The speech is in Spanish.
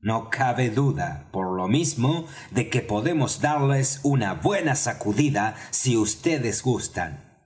no cabe duda por lo mismo de que podemos darles una buena sacudida si vds gustan